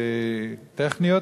טכניות,